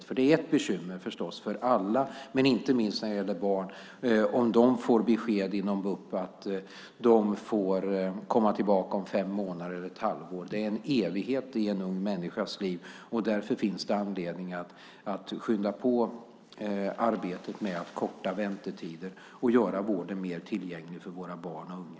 Det är förstås ett bekymmer för alla men inte minst när det gäller barn om de får besked från BUP att de får komma tillbaka om fem månader eller ett halvår. Det är en evighet i en ung människas liv. Därför finns det anledning att skynda på arbetet med att korta väntetider och göra vården mer tillgänglig för våra barn och unga.